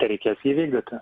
tai reikės jį vykdyti